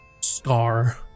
star